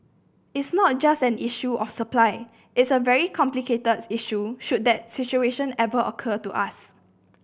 it's not just an issue of supply it's a very complicated issue should that situation ever occur to us